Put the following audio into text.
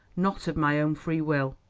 not of my own free will.